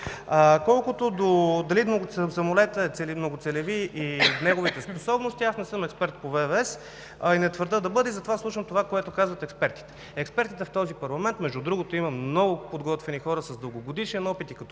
самолетът е многоцелеви и неговите способности, аз не съм експерт по ВВС, а и не твърдя да бъда, затова слушам това, което казват експертите. Експертите в този парламент, между другото има много подготвени хора, с дългогодишен опит и като